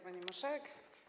Pani Marszałek!